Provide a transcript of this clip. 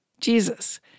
Jesus